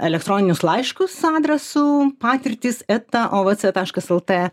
elektroninius laiškus sandra su patirtys eta o v c taškas eltė